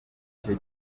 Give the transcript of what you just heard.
icyo